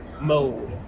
mode